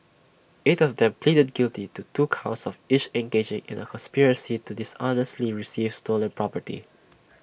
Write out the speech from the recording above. eight of them pleaded guilty to two counts of each engaging in A conspiracy to dishonestly receive stolen property